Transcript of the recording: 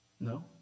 No